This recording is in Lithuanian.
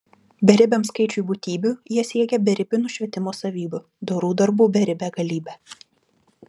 beribiam skaičiui būtybių jie siekia beribių nušvitimo savybių dorų darbų beribe galybe